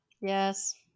yes